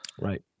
Right